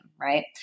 Right